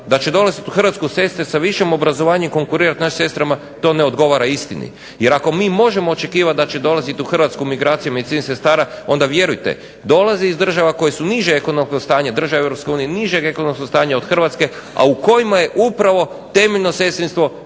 da će dolaziti u Hrvatsku sestre sa višim obrazovanjem konkurirati našim sestrama to ne odgovara istini. Jer ako mi možemo očekivati da će dolaziti u Hrvatsku emigracija medicinskih sestara onda vjerujte dolaze iz država koje su nižeg ekonomskog stanja, države Europske unije nižeg ekonomskog stanja od Hrvatske a u kojima je upravo temeljno sestrinstvo